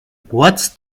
what’s